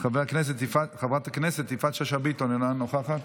חבר הכנסת ואליד אלהואשלה, אינו נוכח,